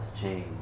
change